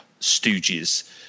stooges